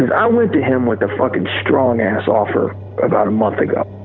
and i went to him with a fucking strong ass offer about a month ago.